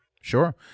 Sure